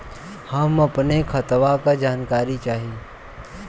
हम अपने खतवा क जानकारी चाही?